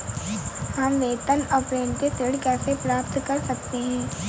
हम वेतन अपरेंटिस ऋण कैसे प्राप्त कर सकते हैं?